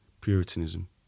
Puritanism